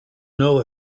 know